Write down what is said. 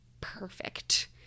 perfect